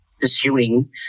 pursuing